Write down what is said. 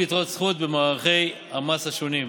אל מול יתרות זכות במערכי המס השונים.